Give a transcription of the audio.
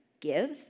Give